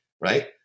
right